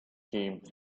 came